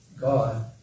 God